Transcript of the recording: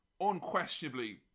unquestionably